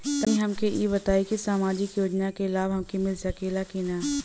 तनि हमके इ बताईं की सामाजिक योजना क लाभ हमके मिल सकेला की ना?